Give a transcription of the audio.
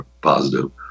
positive